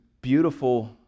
beautiful